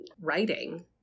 writing